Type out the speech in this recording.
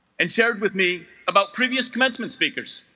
and shared with me about previous commencement speakers